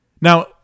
Now